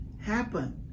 happen